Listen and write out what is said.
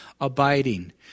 abiding